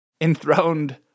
enthroned